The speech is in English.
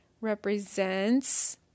represents